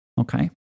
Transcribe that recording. Okay